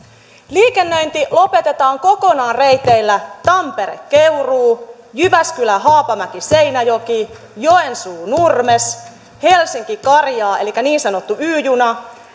liikennöinti lopetetaan kokonaan reiteillä tampere keuruu jyväskylä haapamäki seinäjoki joensuu nurmes helsinki karjaa elikkä niin sanottu y juna